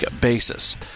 basis